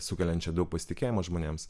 sukeliančią daug pasitikėjimo žmonėms